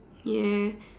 ya